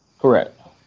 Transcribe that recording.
correct